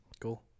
Cool